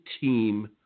team